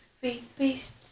faith-based